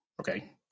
Okay